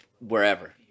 wherever